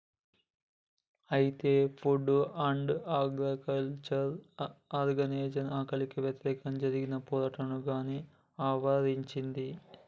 అయితే Food and Agriculture Organization ఆకలికి వ్యతిరేకంగా జరిగిన పోరాటంలో గాన్ని ఇవరించింది